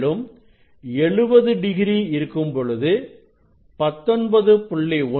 மேலும் 70 டிகிரி இருக்கும் பொழுது 19